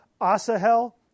Asahel